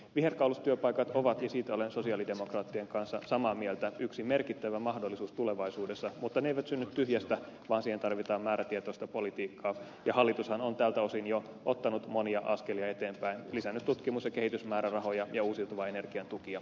viherkaulustyöpaikat ovat siitä olen sosialidemokraattien kanssa samaa mieltä yksi merkittävä mahdollisuus tulevaisuudessa mutta ne eivät synny tyhjästä vaan siihen tarvitaan määrätietoista politiikkaa ja hallitushan on tältä osin jo ottanut monia askelia eteenpäin lisännyt esimerkiksi tutkimus ja kehitysmäärärahoja ja uusiutuvan energian tukia